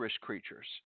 creatures